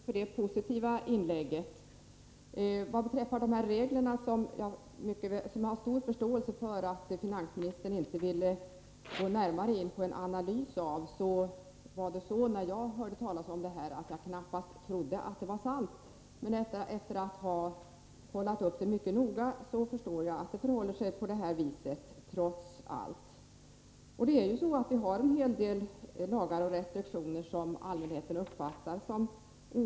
Herr talman! Jag tackar finansministern för detta positiva inlägg. Vad beträffar dessa regler har jag stor förståelse för att finansministern inte vill gå närmare in på en analys av dem. När jag hörde talas om det här trodde jag knappast att det var sant, men efter att ha kollat det mycket noga förstår jag att det trots allt förhåller sig på det här viset. Vi har ju en hel del lagar och restriktioner som allmänheten uppfattar som orimliga.